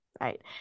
right